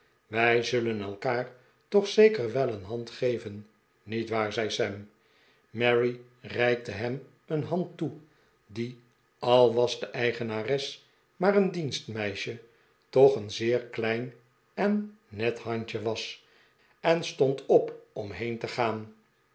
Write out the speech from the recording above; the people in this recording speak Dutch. wij zullen elkaar toch zeker wel een hand geven niet waar zei sam mary reikte hem een hand toe die al was de eigenares maar een dienstmeisje toch een zeer klein en net handje was en stond op om heen te gaan